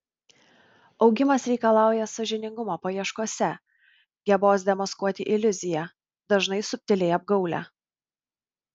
augimas reikalauja sąžiningumo paieškose gebos demaskuoti iliuziją dažnai subtiliai apgaulią